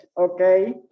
Okay